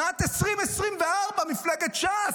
שנת 2024, מפלגת ש"ס,